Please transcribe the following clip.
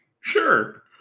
Sure